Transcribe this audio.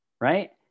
right